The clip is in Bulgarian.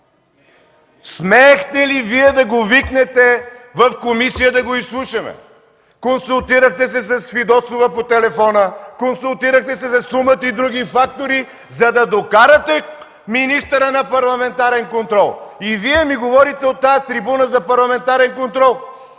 Смеехте ли Вие да го викнете в комисията да го изслушаме? Консултирахте се с Фидосова по телефона, консултирахте се за сума ти други фактори, за да докарате министъра на парламентарен контрол, и Вие ми говорите от тази трибуна за парламентарен контрол!